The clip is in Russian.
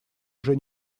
уже